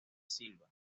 silva